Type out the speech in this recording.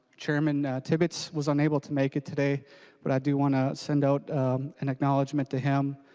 chairman tibbets was unable to make it today but i do want to send out an acknowledgment to him.